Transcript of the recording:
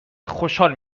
خوشحال